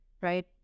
right